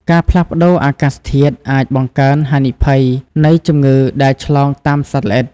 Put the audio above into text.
ការផ្លាស់ប្តូរអាកាសធាតុអាចបង្កើនហានិភ័យនៃជំងឺដែលឆ្លងតាមសត្វល្អិត។